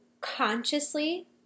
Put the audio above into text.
consciously